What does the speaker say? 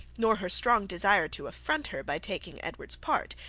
nor her strong desire to affront her by taking edward's part,